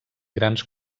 grans